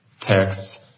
texts